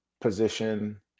position